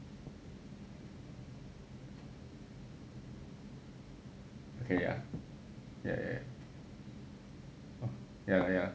okay ya ya ya ya lah ya lah